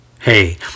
Hey